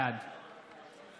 בעד